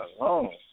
alone